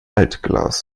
altglas